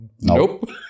nope